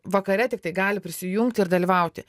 vakare tiktai gali prisijungti ir dalyvauti